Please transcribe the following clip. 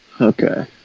Okay